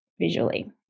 visually